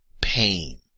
pain